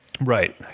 Right